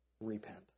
Repent